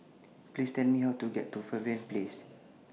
Please Tell Me How to get to Pavilion Place